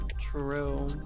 True